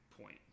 point